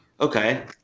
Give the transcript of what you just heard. okay